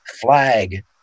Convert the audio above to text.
flag